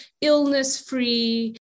illness-free